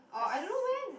orh I don't know when